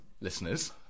listeners